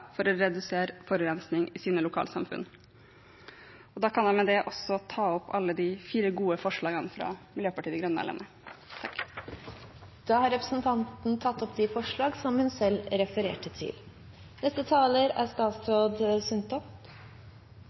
for å redusere forurensning i sine lokalsamfunn. Jeg tar med det opp de fire gode forslagene som Miljøpartiet De Grønne er alene om i innstillingen. Representanten Une Aina Bastholm har tatt opp de forslagene hun refererte til. Dårlig luftkvalitet i byene våre medfører helsekonsekvenser for menneskene som oppholder seg der. Veitrafikk er